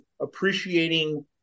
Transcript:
appreciating